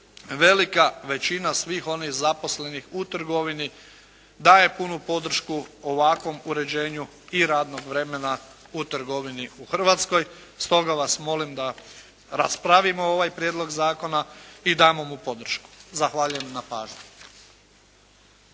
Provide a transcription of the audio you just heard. Velika većina svih onih zaposlenih u trgovini daje punu podršku ovakvom uređenju i radnog vremena u trgovini u Hrvatskoj. Stoga vas molim da raspravimo ovaj prijedlog zakona i damo mu podršku. Zahvaljujem na pažnji.